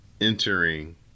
entering